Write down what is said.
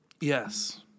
Yes